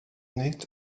nid